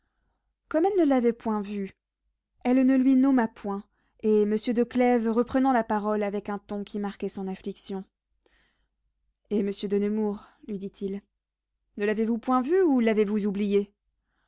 comme elle ne l'avait point vu elle ne le lui nomma point et monsieur de clèves reprenant la parole avec un ton qui marquait son affliction et monsieur de nemours lui dit-il ne l'avez-vous point vu ou l'avez-vous oublié